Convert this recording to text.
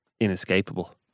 inescapable